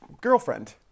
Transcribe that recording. girlfriend